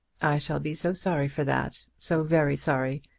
i shall be so sorry for that so very sorry,